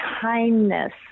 kindness